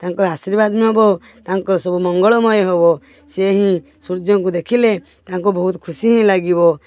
ତାଙ୍କ ଆଶିର୍ବାଦ ନବ ତାଙ୍କର ସବୁ ମଙ୍ଗଳମୟ ହବ ସିଏ ହିଁ ସୂର୍ଯ୍ୟଙ୍କୁ ଦେଖିଲେ ତାଙ୍କୁ ବହୁତ ଖୁସି ହିଁ ଲାଗିବ